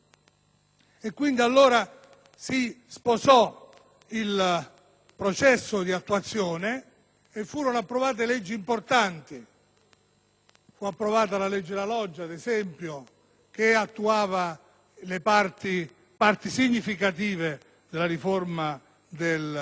Quindi, si sposò il processo di attuazione e furono approvate leggi importanti: la legge La Loggia, ad esempio, che attuava parti significative della riforma del Titolo